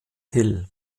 hill